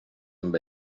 amb